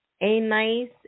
A-nice